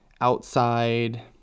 outside